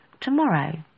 tomorrow